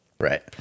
Right